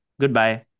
Goodbye